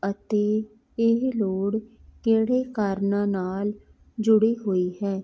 ਅਤੇ ਇਹ ਲੋੜ ਕਿਹੜੇ ਕਾਰਨਾਂ ਨਾਲ਼ ਜੁੜੀ ਹੋਈ ਹੈ